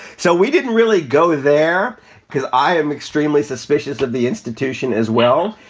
so we didn't really go there because i am extremely suspicious of the institution as well.